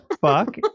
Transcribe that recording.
fuck